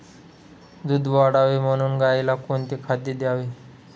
दूध वाढावे म्हणून गाईला कोणते खाद्य द्यावे?